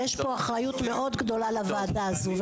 ויש פה אחריות מאוד כבדה לוועדה הזו,